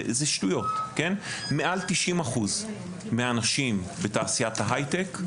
זה שטויות מעל 90% מהאנשים בתעשיית ההייטק,